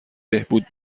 بهبود